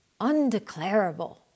Undeclarable